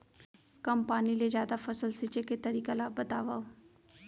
कम पानी ले जादा फसल सींचे के तरीका ला बतावव?